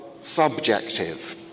subjective